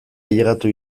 ailegatu